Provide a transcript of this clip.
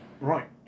right